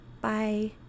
Bye